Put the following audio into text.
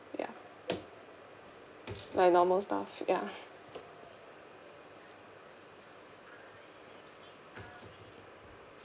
ya like normal stuff ya